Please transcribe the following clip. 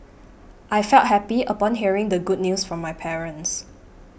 I felt happy upon hearing the good news from my parents